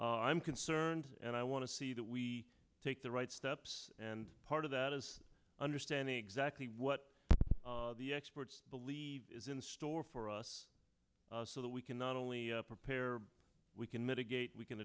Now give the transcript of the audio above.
i'm concerned and i want to see that we take the right steps and part of that is understanding exactly what the experts believe is in store for us so that we can not only prepare we can mitigate we can